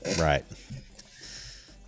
Right